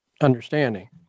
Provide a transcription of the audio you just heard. understanding